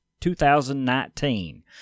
2019